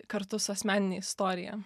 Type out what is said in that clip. kartu su asmenine istorija